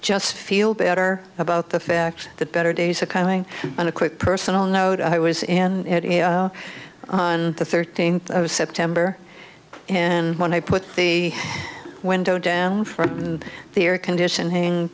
just feel better about the fact that better days are coming on a quick personal note i was in on the thirteenth of september and when i put the window down from the air conditioning